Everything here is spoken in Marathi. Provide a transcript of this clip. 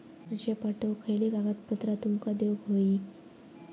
पैशे पाठवुक खयली कागदपत्रा तुमका देऊक व्हयी?